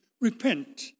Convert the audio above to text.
repent